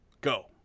Go